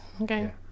okay